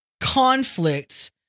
conflicts